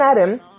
Adam